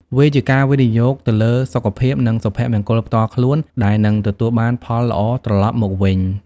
វាជាការវិនិយោគទៅលើសុខភាព និងសុភមង្គលផ្ទាល់ខ្លួនដែលនឹងទទួលបានផលល្អត្រឡប់មកវិញ។